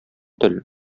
тел